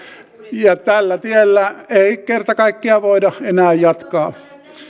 ja tällä tiellä ei kerta kaikkiaan voida enää jatkaa